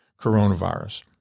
coronavirus